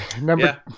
number